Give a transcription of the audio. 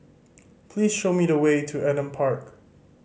please show me the way to Adam Park